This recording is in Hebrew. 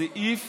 בסעיף